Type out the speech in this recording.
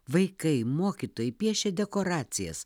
vaikai mokytojai piešė dekoracijas